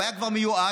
הוא היה כבר מיואש,